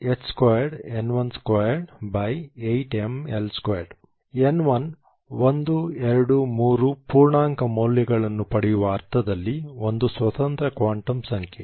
n11 2 3 ಪೂರ್ಣಾಂಕ ಮೌಲ್ಯಗಳನ್ನು ಪಡೆಯುವ ಅರ್ಥದಲ್ಲಿ ಒಂದು ಸ್ವತಂತ್ರ ಕ್ವಾಂಟಮ್ ಸಂಖ್ಯೆ